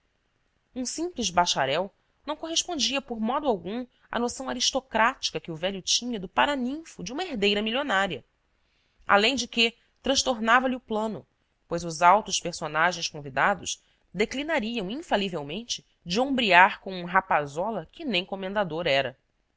um simples bacharel não correspondia por modo algum à noção aristocrática que o velho tinha do paraninfo de uma herdeira milionária além de que transtornava lhe o plano pois os altos personagens convidados declinariam infalivelmente de ombrear com um rapazola que nem comendador era